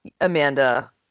Amanda